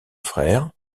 frère